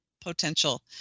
potential